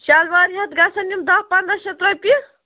شلوارِ ہٮ۪تھ گژھن یِم دَہ پنٛداہ شیٚتھ رۄپیہِ